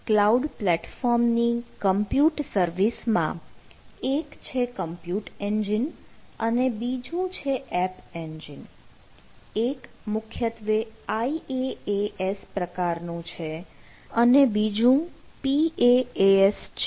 Google cloud platform ની compute સર્વિસમાં એક છે કમ્પ્યુટ એન્જિન અને બીજું છે એપ એન્જિન એક મુખ્યત્વે IaaS પ્રકારનું છે અને બીજું PaaS છે